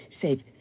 save